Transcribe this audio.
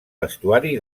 vestuari